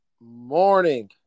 morning